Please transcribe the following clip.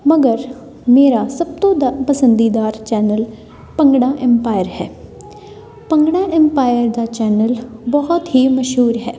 ਮਗਰ ਮੇਰਾ ਸਭ ਤੋਂ ਦਾ ਪਸੰਦੀਦਾਰ ਚੈਨਲ ਭੰਗੜਾ ਇੰਪਾਇਰ ਹੈ ਭੰਗੜਾ ਇੰਪਾਇਰ ਦਾ ਚੈਨਲ ਬਹੁਤ ਹੀ ਮਸ਼ਹੂਰ ਹੈ